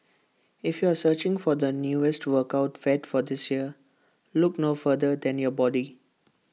if you are searching for the newest workout fad for this year look no further than your body